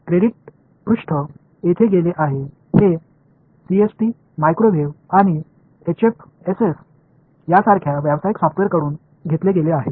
credit पृष्ठ येथून गेले आहे हे सीएसटी मायक्रोवेव्ह आणि एचएफएसएस यासारख्या व्यावसायिक सॉफ्टवेअरकडून घेतले गेले आहे